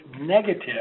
negative